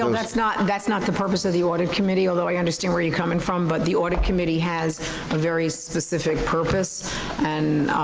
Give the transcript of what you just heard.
um that's not that's not the purpose of the audit committee, although i understand where you're coming from. but the audit committee has a very specific purpose and.